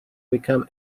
become